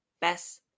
best